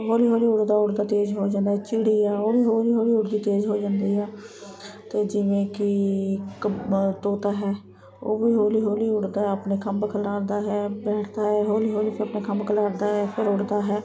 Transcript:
ਹੌਲੀ ਹੌਲੀ ਉੱਡਦਾ ਉੱਡਦਾ ਤੇਜ਼ ਹੋ ਜਾਂਦਾ ਚਿੜੀ ਆ ਉਹ ਵੀ ਹੌਲੀ ਹੌਲੀ ਉੱਡਦੀ ਤੇਜ਼ ਹੋ ਜਾਂਦੀ ਆ ਅਤੇ ਜਿਵੇਂ ਕਿ ਕੱਬਾ ਤੋਤਾ ਹੈ ਉਹ ਵੀ ਹੌਲੀ ਹੌਲੀ ਉੱਡਦਾ ਆਪਣੇ ਖੰਭ ਖਿਲਾਰਦਾ ਹੈ ਬੈਠਦਾ ਹੈ ਹੌਲੀ ਹੌਲੀ ਆਪਣੇ ਖੰਭ ਖਿਲਾਰਦਾ ਹੈ ਫਿਰ ਉੱਡਦਾ ਹੈ